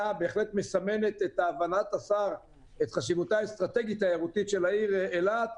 ובהחלט מסמנת את הבנת השר לחשיבותה האסטרטגית תיירותית של העיר אילת.